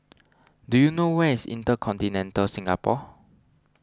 do you know where is Intercontinental Singapore